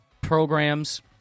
programs